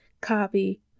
copy